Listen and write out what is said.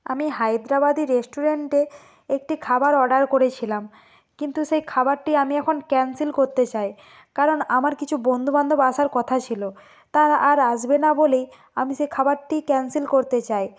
আমি হায়দ্রাবাদী রেস্টুরেন্টে একটি খাবার অর্ডার করেছিলাম কিন্তু সেই খাবারটি আমি এখন ক্যান্সেল করতে চাই কারণ আমার কিছু বন্ধু বান্ধব আসার কথা ছিলো তারা আর আসবে না বলেই আমি সেই খাবারটি ক্যান্সেল করতে চাই